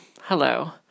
Hello